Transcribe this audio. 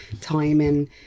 timing